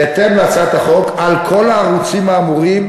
בהתאם להצעת החוק, על כל הערוצים האמורים